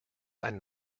einen